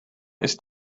ist